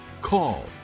call